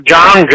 John